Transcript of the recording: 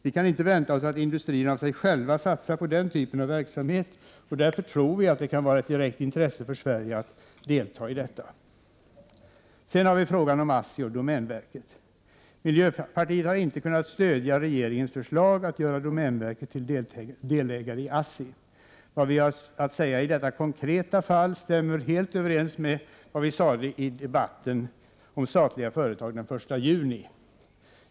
Vi kan inte vänta oss att industrierna av sig själva satsar på den typen av verksamhet. Därför tror vi att det kan vara av direkt intresse för Sverige att delta i detta. Sedan till frågan om ASSI och domänverket. Miljöpartiet har inte kunnat stödja regeringens förslag att göra domänverket till delägare i ASSI. Vad vi har att säga i detta konkreta fall stämmer helt överens med vad vi sade i debatten om statliga företag den 1 juni.